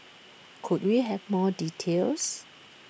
could we have more details